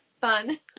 fun